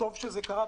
טוב שזה קרה,